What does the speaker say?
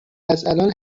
ازالان